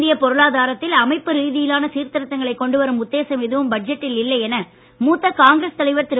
இந்திய பொருளாதாரத்தில் அமைப்பு ரீதியிலான சீர்திருத்தங்களை கொண்டு வரும் உத்தேசம் எதுவும் பட்ஜெட்டில் இல்லை என மூத்த காங்கிரஸ் தலைவர் திரு